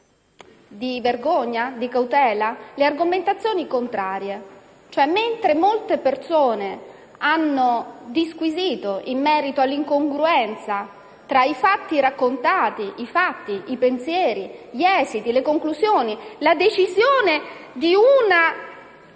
di vergogna o di cautela) le argomentazioni contrarie. Molte persone hanno disquisito in merito all'incongruenza tra i fatti raccontati, i pensieri, gli esiti, le conclusioni, la decisione di una